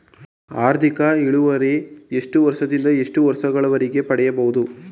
ಆರ್ಥಿಕ ಇಳುವರಿ ಎಷ್ಟು ವರ್ಷ ದಿಂದ ಎಷ್ಟು ವರ್ಷ ಗಳವರೆಗೆ ಪಡೆಯಬಹುದು?